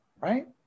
right